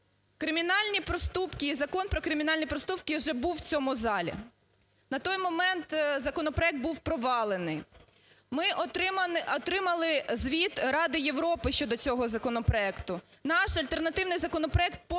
Закон про кримінальні проступки вже був в цьому залі. На той момент законопроект був провалений. Ми отримали звіт Ради Європи щодо цього законопроекту. Наш альтернативний законопроект